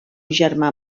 germà